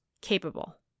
capable